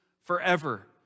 forever